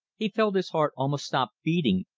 he felt his heart almost stop beating,